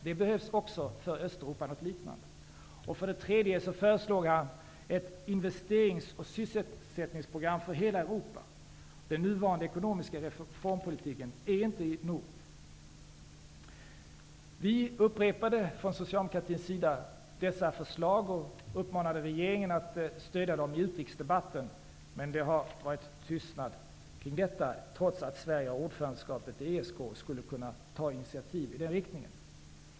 Nu behövs något liknande för För det tredje föreslår han ett investerings och sysselsättningsprogram för hela Europa. Den nuvarande ekonomiska reformpolitiken är inte nog. Från Socialdemokratins sida upprepade vi dessa förslag och uppmanade i utrikesdebatten regeringen att stödja dem, men det har varit tystnad kring detta, trots att Sverige har ordförandeskapet i ESK och skulle kunna ta initiativ i den riktningen.